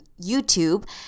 YouTube